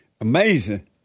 Amazing